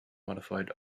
modified